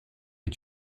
est